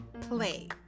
play